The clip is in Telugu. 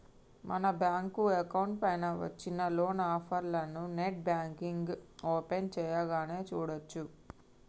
మన బ్యాంకు అకౌంట్ పైన వచ్చిన లోన్ ఆఫర్లను నెట్ బ్యాంకింగ్ ఓపెన్ చేయగానే చూడచ్చు